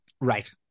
right